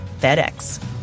FedEx